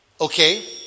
Okay